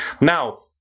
now